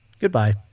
Goodbye